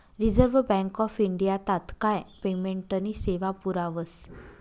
reserve Bank of India तात्काय पेमेंटनी सेवा पुरावस